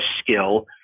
skill